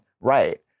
right